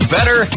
Better